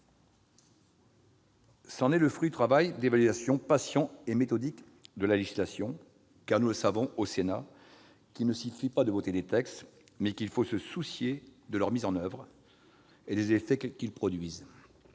C'est le fruit d'un travail d'évaluation patient et méthodique de la législation. Nous savons en effet, au Sénat, qu'il ne suffit pas de voter des textes, mais qu'il faut se soucier de leur mise en oeuvre et des effets qu'ils produisent.